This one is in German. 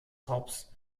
hobbes